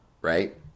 Right